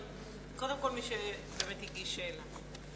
אבל קודם כול מי שהגיש שאילתא.